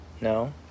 no